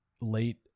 late